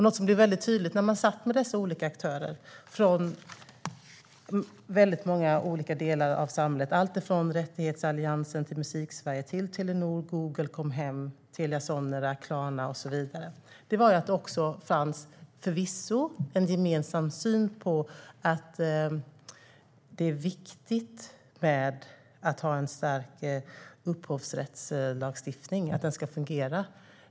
Något som blev väldigt tydligt när man satt med dessa olika aktörer från väldigt många olika delar av samhället, alltifrån Rättighetsalliansen till Musiksverige till Telenor, Google, Comhem, Telia Sonera, Klarna och så vidare, var att det förvisso fanns en gemensam syn på att det är viktigt att ha en stark upphovsrättslagstiftning som fungerar.